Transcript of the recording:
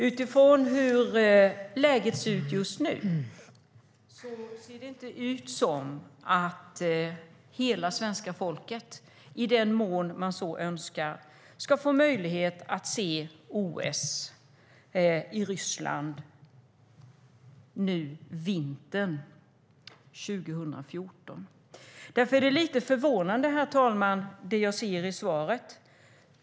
Utifrån hur läget ser ut just nu verkar det inte som att hela svenska folket i den mån man önskar ska få möjlighet att se OS i Ryssland vintern 2014. Därför är det som jag ser i svaret lite förvånande, herr talman.